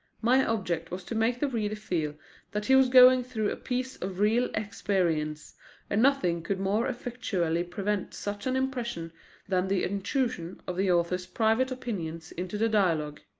my object was to make the reader feel that he was going through a piece of real experience and nothing could more effectually prevent such an impression than the intrusion of the author's private opinions into the dialogue.